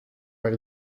per